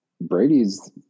Brady's